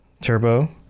Turbo